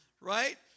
Right